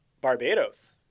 Barbados